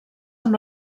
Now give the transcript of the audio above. amb